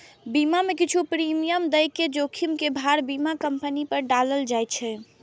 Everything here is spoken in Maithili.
बीमा मे किछु प्रीमियम दए के जोखिम के भार बीमा कंपनी पर डालल जाए छै